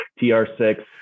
TR6